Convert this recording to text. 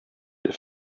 der